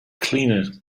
cleaner